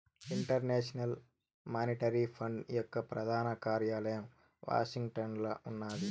international monetary fund యొక్క ప్రధాన కార్యాలయం వాషింగ్టన్లో ఉన్నాది